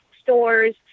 stores